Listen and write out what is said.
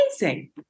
amazing